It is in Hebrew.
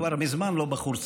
הוא כבר מזמן לא בחור צעיר.